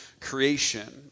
creation